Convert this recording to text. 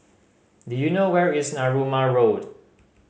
do you know where is Narooma Road